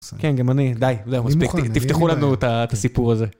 כן גם אני, די, תפתחו לנו את הסיפור הזה.